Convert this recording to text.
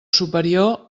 superior